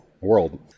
world